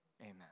Amen